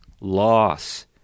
loss